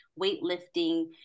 weightlifting